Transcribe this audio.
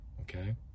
okay